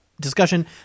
discussion